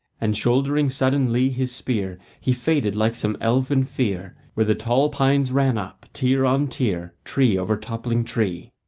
and shouldering suddenly his spear he faded like some elfin fear, where the tall pines ran up, tier on tier tree overtoppling tree.